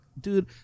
dude